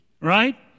Right